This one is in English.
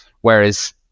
Whereas